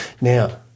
Now